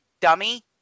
dummy